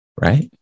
right